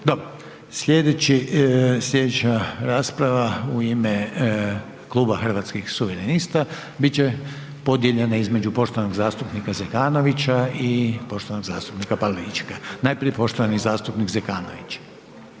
Dobro. Slijedeća rasprava u ime Kluba Hrvatskih suverenista bit će podijeljena između poštovanog zastupnika Zekanovića i poštovanog zastupnika Pavličeka. Najprije poštovani zastupnik Zekanović.